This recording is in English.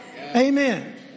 Amen